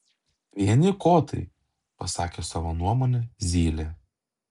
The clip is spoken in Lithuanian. vieni kotai pasakė savo nuomonę zylė